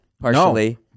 partially